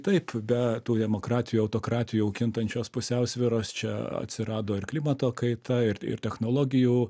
taip be tų demokratijų autokratijų kintančios pusiausvyros čia atsirado ir klimato kaita ir ir technologijų